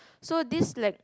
so this like